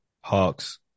Hawks